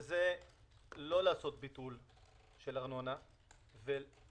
וזה לא לעשות ביטול של ארנונה אלא